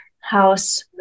house